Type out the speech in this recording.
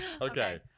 Okay